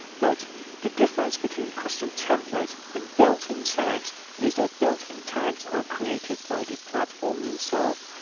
but the difference between custom templates and built in tags is that built in tags or created by the platform itself,